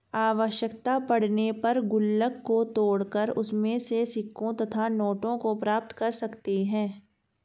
आवश्यकता पड़ने पर गुल्लक को तोड़कर उसमें से सिक्कों तथा नोटों को प्राप्त कर सकते हैं